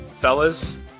Fellas